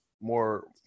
more